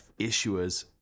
issuers